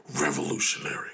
Revolutionary